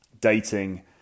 dating